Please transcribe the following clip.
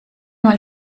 mal